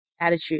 attitude